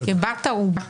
כבת ערובה